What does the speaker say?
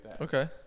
Okay